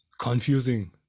Confusing